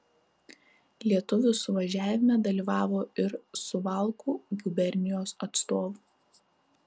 lietuvių suvažiavime dalyvavo ir suvalkų gubernijos atstovų